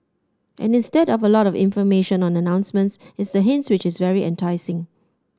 and instead of a lot of information on announcements it's the hints which is very enticing